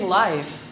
life